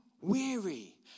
weary